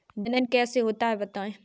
जनन कैसे होता है बताएँ?